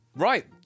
Right